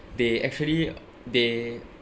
they actually they